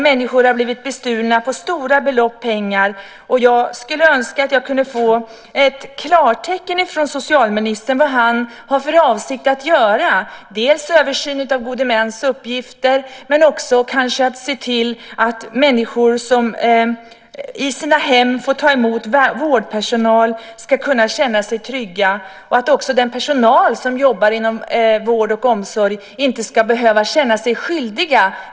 Människor har blivit bestulna på stora penningbelopp. Jag skulle önska att jag kunde få ett klartecken från socialministern att han har för avsikt att dels göra en översyn av gode mäns uppgifter, dels kanske se till att människor som i sina hem får ta emot vårdpersonal ska kunna känna sig trygga. Inte heller ska den personal som jobbar inom vård och omsorg behöva känna sig ifrågasatt.